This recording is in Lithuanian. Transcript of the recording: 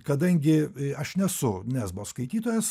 kadangi aš nesu nesbo skaitytojas